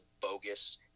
bogus